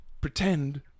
pretend